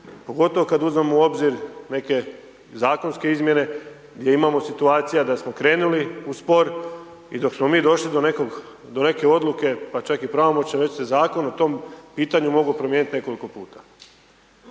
pogotovo kada uzmemo u obzir neke zakonske izmjene gdje imamo situacija da smo skrenuli u spor i dok smo mi došli do neke odluke, pa čak i pravomoćne, već se zakon o tom pitanju mogao promijeniti nekoliko puta